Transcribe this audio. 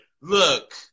Look